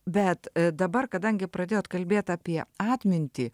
bet dabar kadangi pradėjot kalbėt apie atmintį